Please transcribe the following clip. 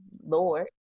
Lord